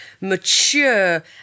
mature